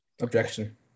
Objection